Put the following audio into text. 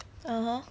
(uh huh)